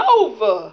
over